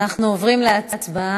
אנחנו עוברים להצבעה.